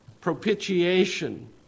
Propitiation